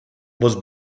was